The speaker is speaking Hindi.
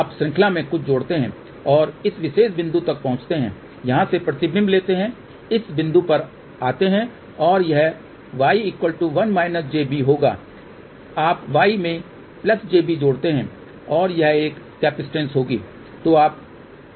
आप श्रृंखला में कुछ जोड़ते हैं और इस विशेष बिंदु तक पहुंचते हैं यहाँ से प्रतिबिंब लेते है इस बिंदु पर आते हैं और यह y1 jb होगा आप y में jb जोड़ते हैं और यह एक कैपेसिटेंस होगी जो आप केंद्र बिंदु तक पहुंच जाएंगे